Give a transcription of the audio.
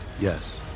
Yes